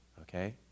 okay